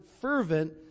fervent